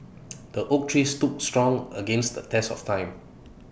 the oak tree stood strong against the test of time